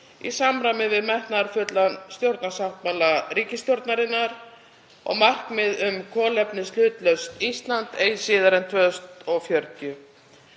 í samræmi við metnaðarfullan stjórnarsáttmála ríkisstjórnarinnar og markmiðið um kolefnishlutlaust Ísland eigi